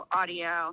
audio